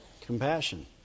Compassion